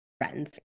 friends